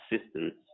assistance